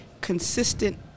consistent